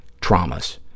traumas